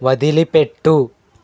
వదిలిపెట్టు